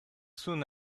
soon